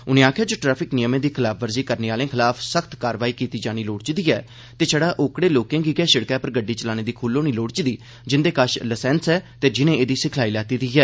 उनें आक्खेआ जे ट्रैफिक नियमें दी खलाफवर्जी करने आलें खलाफ सख्त कार्रवाई कीती जानी लोड़चदी ते षड़ा उनें लोकें गी गै सड़कै पर गड़डी चलाने दी खुल्ल होनी लोड़चदी जिंदे कष लसैंस ऐ ते जिनें एदी सिखलाई लैती दी ऐ